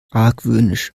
argwöhnisch